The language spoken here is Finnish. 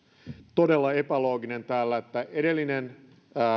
todella epälooginen täällä edellinen